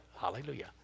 Hallelujah